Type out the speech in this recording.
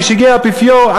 כשהגיע האפיפיור,